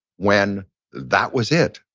when that was it.